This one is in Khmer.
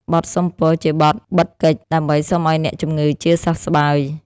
បទសុំពរ ជាបទបិទកិច្ច ដើម្បីសុំឱ្យអ្នកជំងឺជាសះស្បើយ។